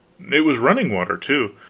it was running water, too.